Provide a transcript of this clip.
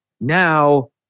now